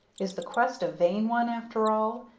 is the quest a vain one, after all?